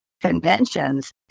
Conventions